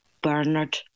Bernard